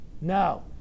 No